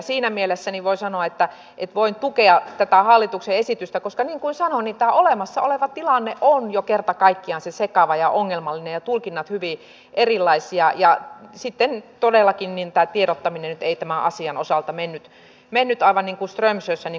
siinä mielessä voin sanoa että voin tukea tätä hallituksen esitystä koska niin kuin sanoin tämä olemassa oleva tilanne on jo kerta kaikkiaan sekava ja ongelmallinen ja tulkinnat hyvin erilaisia ja sitten todellakin tiedottaminen nyt ei tämän asian osalta mennyt aivan niin kuin strömsössä niin kuin tapana on sanoa